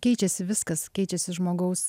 keičiasi viskas keičiasi žmogaus